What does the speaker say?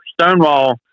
Stonewall